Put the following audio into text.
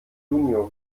junior